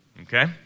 okay